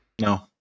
No